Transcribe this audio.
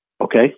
okay